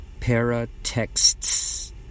paratexts